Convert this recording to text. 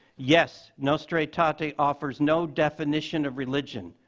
yes, nostra aetate offers no definition of religion,